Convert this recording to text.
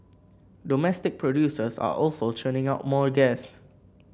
domestic producers are also churning out more gas